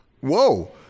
Whoa